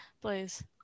please